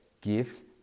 gift